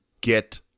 get